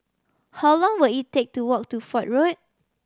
how long will it take to walk to Fort Road